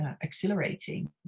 exhilarating